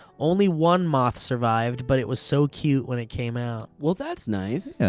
only one moth survived, but it was so cute when it came out. well that's nice. yeah